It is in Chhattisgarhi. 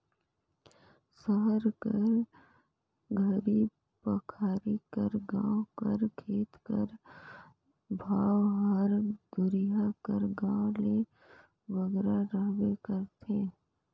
सहर कर घरी पखारी कर गाँव कर खेत कर भाव हर दुरिहां कर गाँव ले बगरा रहबे करथे